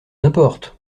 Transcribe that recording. importe